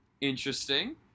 Interesting